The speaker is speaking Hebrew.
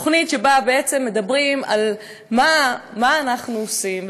תוכנית שבה בעצם מדברים על מה אנחנו עושים.